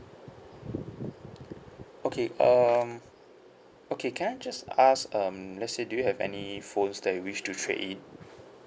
okay um okay can I just ask um let's say do you have any phones that you wish to trade in